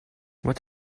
what